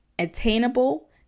attainable